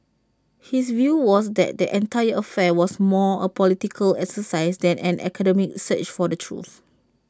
his view was that the entire affair was more A political exercise than an academic search for the truth